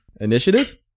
Initiative